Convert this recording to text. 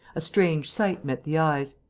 a strange sight met the eyes.